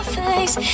face